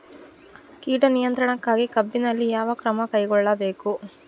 ಕೇಟ ನಿಯಂತ್ರಣಕ್ಕಾಗಿ ಕಬ್ಬಿನಲ್ಲಿ ಯಾವ ಕ್ರಮ ಕೈಗೊಳ್ಳಬೇಕು?